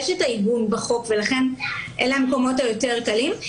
יש את האיגום בחוק ולכן אלה הם המקומות היותר קלים,